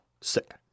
Sick